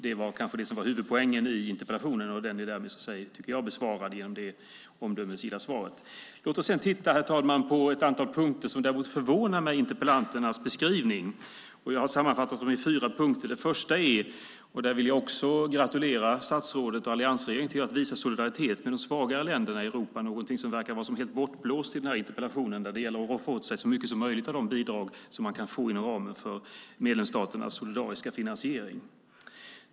Det kanske var det som var huvudpoängen i interpellationen, och den är därmed besvarad genom det omdömesgilla svaret. Låt oss sedan, herr talman, titta på ett antal punkter som förvånar mig i interpellantens beskrivning. Jag har sammanfattat i fyra punkter. Den första punkten gäller att man vill roffa åt sig så mycket som möjligt av de bidrag som man kan få inom ramen för medlemsstaternas solidariska finansiering. Där vill jag gratulera statsrådet och alliansregeringen till att visa solidaritet med de svagare länderna i Europa, någonting som verkar vara helt bortblåst i interpellationen.